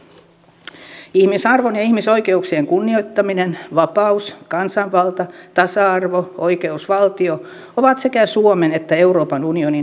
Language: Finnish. ihmisarvon ja ihmisoikeuksien kunnioittaminen vapaus kansanvalta tasa arvo oikeusvaltio ovat sekä suomen että euroopan unionin arvoperustana